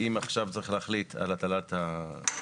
אם עכשיו צריך להחליט על הטלת עיקולים,